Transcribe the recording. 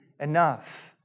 enough